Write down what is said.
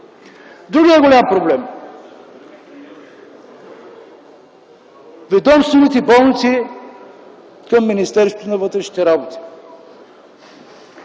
Другият голям проблем - ведомствените болници към Министерството на вътрешните работи.